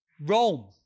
Rome